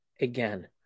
again